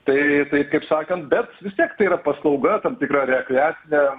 tai tai taip sakant bet vis tiek tai yra paslauga tam tikra rekreacinė